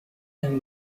and